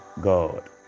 God